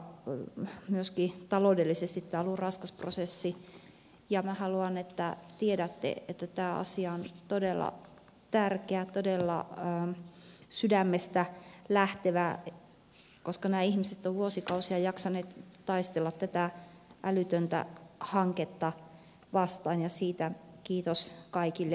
myöskin taloudellisesti tämä on ollut raskas prosessi ja minä haluan että tiedätte että tämä asia on todella tärkeä todella sydämestä lähtevä koska nämä ihmiset ovat vuosikausia jaksaneet taistella tätä älytöntä hanketta vastaan ja siitä kiitos kaikille